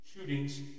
Shootings